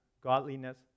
godliness